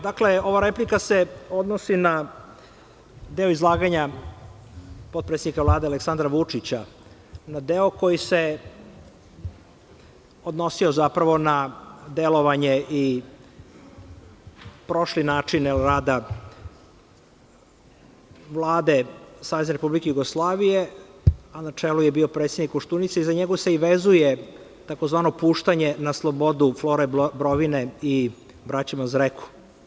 Dakle, ova replika se odnosi na deo izlaganja potpredsednika Vlade Aleksandra Vučića, na deo koji se odnosio na delovanje i prošli način rada Vlade Savezne Republike Jugoslavije, a na čelu je bio predsednik Koštunica, i za njega se vezuje tzv. puštanje na slobodu Flore Brovine i braće Mazareku.